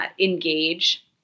engage